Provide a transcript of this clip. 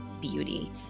beauty